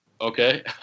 okay